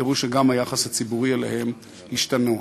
תראו שגם היחס הציבורי אליהם ישתנה,